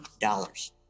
dollars